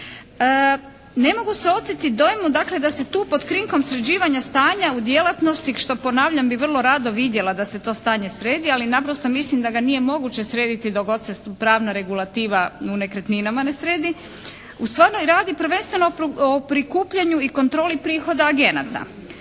Ne mogu se oteti dojmu dakle da se tu pod krinkom sređivanja stanja u djelatnosti što ponavljam bi vrlo rado vidjela da se to stanje sredi, ali naprosto mislim da ga nije moguće srediti dok god se pravna regulativa u nekretninama ne sredi, ustvari radi prvenstveno o prikupljanju i kontroli prihoda agenata